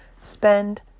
spend